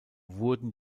wurden